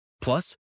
Plus